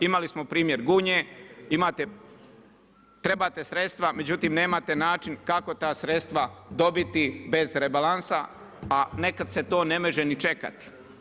Imali smo primjer Gunje, trebate sredstva, međutim nemate način ako ta sredstva dobiti bez rebalansa a nekad se to ne može čekati.